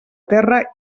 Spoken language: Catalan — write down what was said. terra